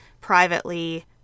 privately